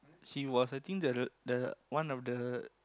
she was I think the the one of the